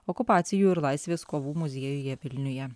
okupacijų ir laisvės kovų muziejuje vilniuje